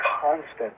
constant